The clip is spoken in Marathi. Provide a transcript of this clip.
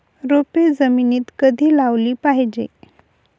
रोपे जमिनीत कधी लावली पाहिजे?